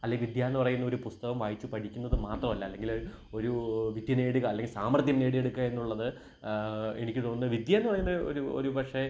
അല്ലെങ്കില് വിദ്യ എന്നു പറയുന്നതൊരു പുസ്തകം വായിച്ചു പഠിക്കുന്നത് മാത്രമല്ല അല്ലെങ്കില് ഒരു വിദ്യ നേടുക അല്ലെങ്കില് സാമർഥ്യം നേടിയെടുക്കുക എന്നുള്ളത് എനിക്ക് തോന്നുന്നു വിദ്യ എന്നു പറയുന്നെ ഒരു ഒരു പക്ഷേ